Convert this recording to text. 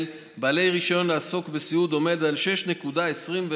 בעלי רישיון לעסוק בסיעוד עומד על 6.21 ל-1,000,